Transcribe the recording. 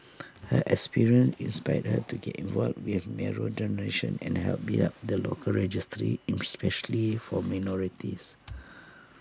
her experience inspired her to get involved with marrow donation and help build up the local registry especially for minorities